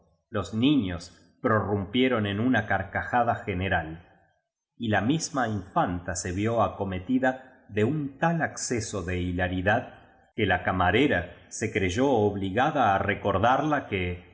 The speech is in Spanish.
los niños prorrumpieron en una carcajada general y la misma infanta se vió acometida de un tal acceso de hilaridad que la camarera se creyó obli gada á recordarla que si